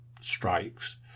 strikes